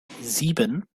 sieben